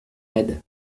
aide